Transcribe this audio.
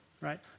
right